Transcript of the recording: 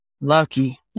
lucky